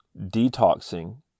Detoxing